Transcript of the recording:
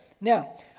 Now